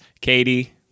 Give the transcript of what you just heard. Katie